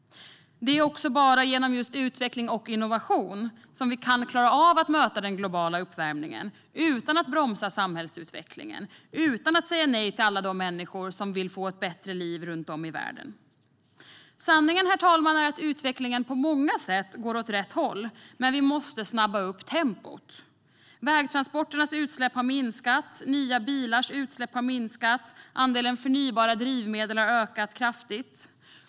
Det är bara genom utveckling och innovation som vi kan klara av att möta den globala uppvärmningen utan att bromsa samhällsutvecklingen och utan att säga nej till alla de människor som vill få ett bättre liv runt om i världen. Sanningen, herr talman, är att utvecklingen på många sätt går åt rätt håll, men vi måste snabba upp tempot. Vägtransporternas utsläpp har minskat, nya bilars utsläpp har minskat och andelen förnybara drivmedel har ökat kraftigt.